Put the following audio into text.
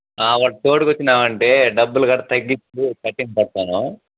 వాడికి తోడుకొచ్చినావంటే డబ్బులు కూడా తగ్గించి కటింగ్ చేస్తాను